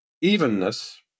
evenness